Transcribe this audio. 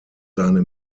seine